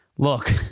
Look